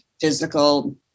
physical